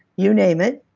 you name it,